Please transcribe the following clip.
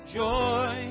joy